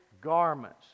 garments